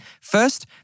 First